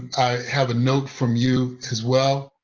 i have a note from you as well.